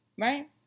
right